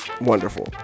Wonderful